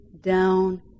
down